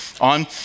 on